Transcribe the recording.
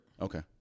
Okay